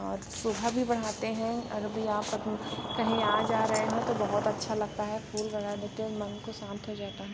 और शोभा भी बढ़ाते हैं और भी आप कहीं आ जा रहे हैं तो बहुत अच्छा लगता है फूल वगैरह देख के मन को शांत हो जाता हैं